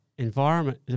Environment